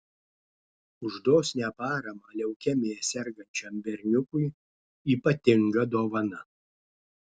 už dosnią paramą leukemija sergančiam berniukui ypatinga dovana